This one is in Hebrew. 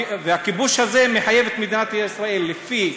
והכיבוש הזה מחייב את מדינת ישראל לפי